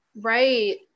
Right